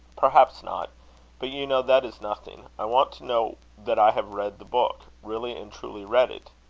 perhaps not but you know that is nothing. i want to know that i have read the book really and truly read it.